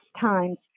times